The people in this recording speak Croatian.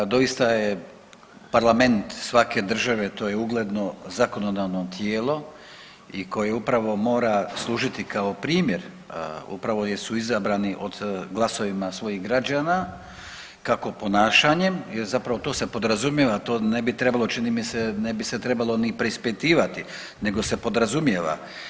Doista je Parlament svake države to je ugledno zakonodavno tijelo i koje upravo mora služiti kao primjer upravo jer su izabrani glasovima svojih građana kako ponašanjem jer zapravo to se podrazumijeva, to ne bi trebalo čini mi se ne bi se trebalo ni preispitivati nego se podrazumijeva.